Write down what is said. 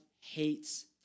hates